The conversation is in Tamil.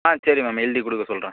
ஆ சரி மேம் எழுதிக் கொடுக்க சொல்கிறேன்